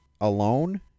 Alone